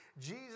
Jesus